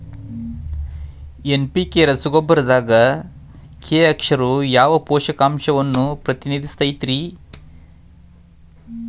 NPK ರಸಗೊಬ್ಬರದಾಗ K ಅಕ್ಷರವು ಯಾವ ಪೋಷಕಾಂಶವನ್ನ ಪ್ರತಿನಿಧಿಸುತೈತ್ರಿ?